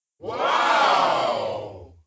Wow